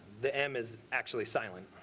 the m is actually silent.